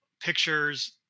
pictures